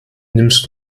nimmst